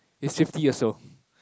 he's fifty years old